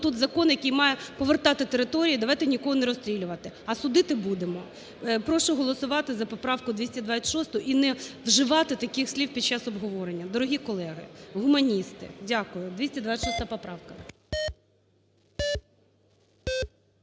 тут закон, який має повертати території, давайте нікого не розстрілювати, а судити будемо. Прошу голосувати за поправку 226 і не вживати таких слів під час обговорення, дорогі колеги, гуманісти! Дякую. 226 поправка.